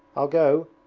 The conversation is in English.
i'll go,